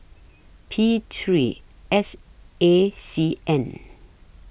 P three S A C N